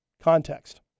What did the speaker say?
context